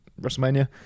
Wrestlemania